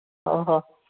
ꯑꯣꯍꯣ